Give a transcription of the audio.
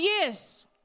years